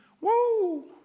Woo